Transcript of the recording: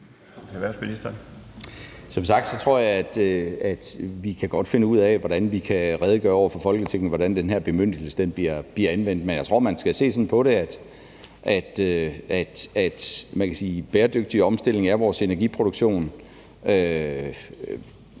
Jeg tror, at vi godt kan finde ud af, hvordan vi kan redegøre over for Folketinget for, hvordan den her bemyndigelse bliver anvendt. Men jeg tror, at man skal se sådan på det, at det er vigtigt med en bæredygtig omstilling af vores energiproduktion.